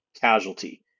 casualty